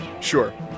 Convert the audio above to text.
Sure